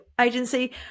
Agency